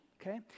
Okay